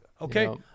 okay